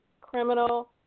criminal